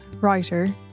writer